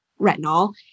retinol